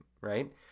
right